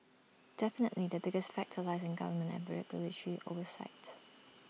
definitely the biggest factor lies in government and regulatory oversight